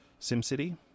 SimCity